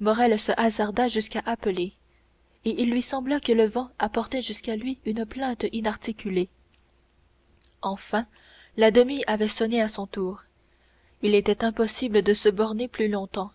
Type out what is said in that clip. morrel se hasarda jusqu'à appeler et il lui sembla que le vent apportait jusqu'à lui une plainte inarticulée enfin la demie avait sonné à son tour il était impossible de se borner plus longtemps